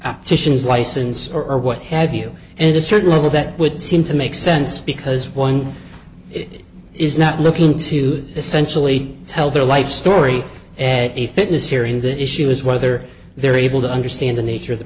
opticians license or what have you and a certain level that would seem to make sense because one it is not looking to essentially tell their life story a fitness hearing the issue is whether they're able to understand the nature of the